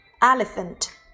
elephant